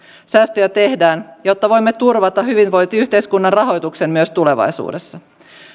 säästöjä tehdään jotta voimme turvata hyvinvointiyhteiskunnan rahoituksen myös tulevaisuudessa